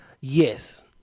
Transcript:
Yes